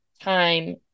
time